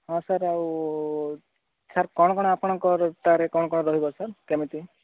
ହଁ ସାର୍ ଆଉ ସାର୍ କ'ଣ କ'ଣ ଆପଣଙ୍କ କ'ଣ କ'ଣ ରହିବ ସାର୍ କେମିତି